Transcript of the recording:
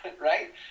right